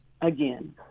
Again